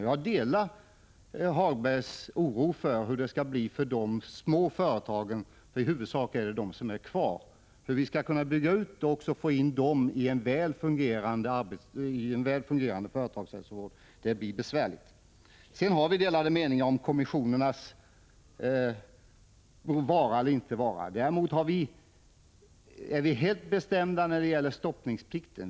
Jag delar Hagbergs oro för hur det skall bli för de små a företagen, eftersom det i huvudsak är de som är kvar när det gäller utbyggnaden av företagshälsovården. De skall också ha en väl fungerande företagshälsovård, men det blir en besvärlig uppgift. Vi har delade meningar om kommissionernas vara eller inte vara. Däremot har vi en bestämd uppfattning när det gäller stoppningsplikten.